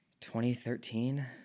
2013